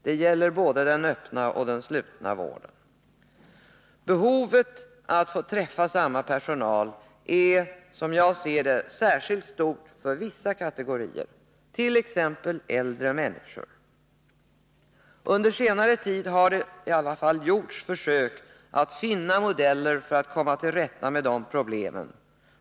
Det gäller både den öppna och den slutna vården. Behovet av att få träffa samma personal är, som jag ser det, särskilt stort för vissa kategorier, t.ex. äldre människor. Under senare tid har försök gjorts att finna modeller för att komma till rätta med problemen.